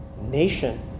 nation